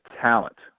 talent